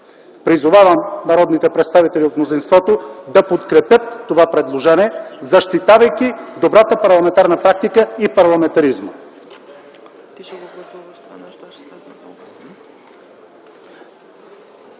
Призовавам народните представители от мнозинството да подкрепят това предложение, защитавайки добрата парламентарна практика и парламентаризма.